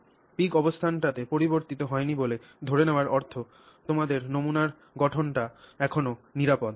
peak অবস্থানটি পরিবর্তিত হয়নি বলে ধরে নেওয়ার অর্থ তোমার নমুনার গঠনটি এখনও নিরাপদ